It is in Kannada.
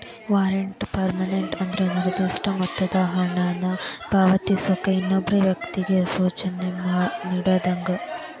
ವಾರೆಂಟ್ ಪೇಮೆಂಟ್ ಅಂದ್ರ ನಿರ್ದಿಷ್ಟ ಮೊತ್ತದ ಹಣನ ಪಾವತಿಸೋಕ ಇನ್ನೊಬ್ಬ ವ್ಯಕ್ತಿಗಿ ಸೂಚನೆ ನೇಡಿದಂಗ